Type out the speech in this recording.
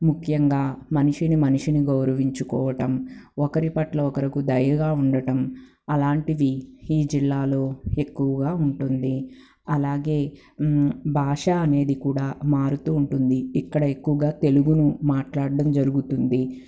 ముఖ్యంగా మనిషిని మనిషిని గౌరవించుకోవటం ఒకరిపట్ల ఒకరుకు దయగా ఉండటం అలాంటివి ఈ జిల్లాలో ఎక్కువుగా ఉంటుంది అలాగే భాష అనేది కూడా మారుతూ ఉంటుంది ఇక్కడ ఎక్కువగా తెలుగును మాట్లాడడం జరుగుతుంది